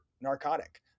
narcotic